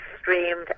streamed